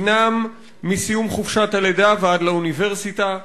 חינם מסיום חופשת הלידה ועד האוניברסיטה,